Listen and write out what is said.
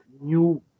new